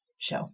show